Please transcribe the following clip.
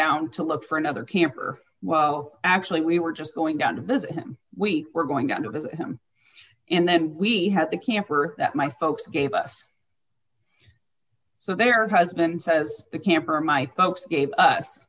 down to look for another camper well actually we were just going down to visit him we were going down to visit him and then we had the camper that my folks gave us so their husband says the camper my folks gave us